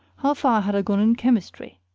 how far had i gone in chemistry?